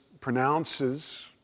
pronounces